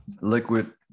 liquid